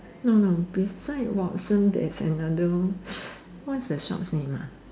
no no beside Watsons there's another what's the shop's name ah